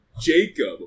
Jacob